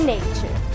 Nature